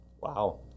Wow